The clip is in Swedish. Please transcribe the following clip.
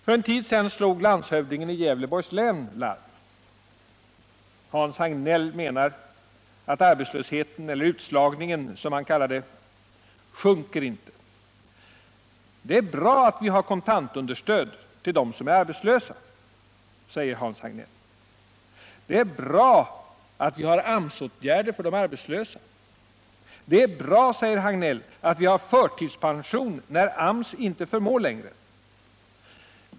För en tid sedan slog landshövdingen i Gävleborgs län, Hans Hagnell, larm. Han menar att arbetslösheten, eller utslagningen, som han kallar den, inte sjunker. Det är bra att vi har kontantunderstöd till dem som är arbetslösa, säger Hans Hagnell. Det är bra att vi har AMS-åtgärder för de arbetslösa. Det är bra, säger Hagnell att vi har förtidspension när AMS inte förmår längre.